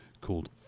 called